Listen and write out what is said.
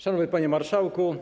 Szanowny Panie Marszałku!